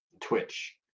Twitch